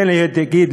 כן יהיה תאגיד,